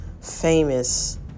famous